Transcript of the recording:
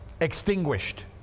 extinguished